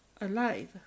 Alive